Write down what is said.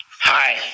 Hi